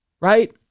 right